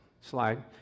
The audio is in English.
slide